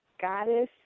goddess